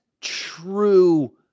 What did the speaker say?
true